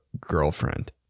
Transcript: girlfriend